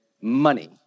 money